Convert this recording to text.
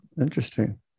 Interesting